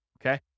Okay